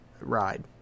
ride